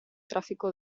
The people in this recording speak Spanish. tráfico